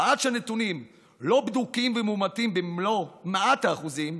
ועד שהנתונים לא בדוקים ומאומתים במלוא מאת האחוזים,